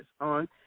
On